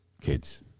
kids